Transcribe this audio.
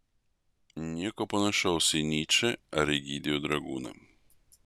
nieko panašaus į nyčę ar egidijų dragūną